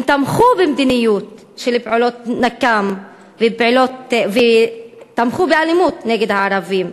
הם תמכו במדיניות של פעולות נקם ותמכו באלימות נגד הערבים,